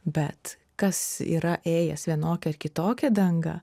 bet kas yra ėjęs vienokią ar kitokią dangą